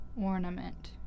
Ornament